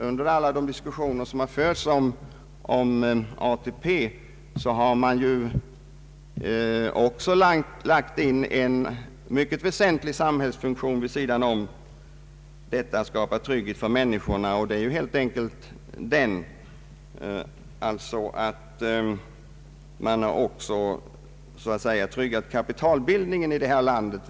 Under alla de diskussioner som förts om ATP har man i ATP lagt in en mycket väsentlig samhällsfunktion vid sidan om detta med ålderstrygghet för människorna. Man har helt enkelt också via ATP tryggat kapitalbildningen i det här landet.